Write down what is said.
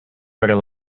better